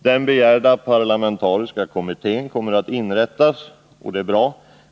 Den begärda parlamentariska kommittén kommer att inrättas — och det är bra.